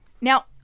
now